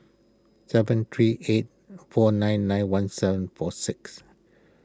seven three eight four nine nine one seven four six